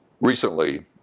Recently